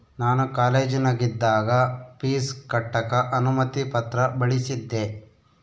ನಾನು ಕಾಲೇಜಿನಗಿದ್ದಾಗ ಪೀಜ್ ಕಟ್ಟಕ ಅನುಮತಿ ಪತ್ರ ಬಳಿಸಿದ್ದೆ